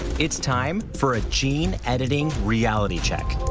it's time for a gene editing reality check.